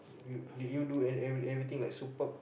you did you do every everything like superb